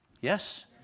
Yes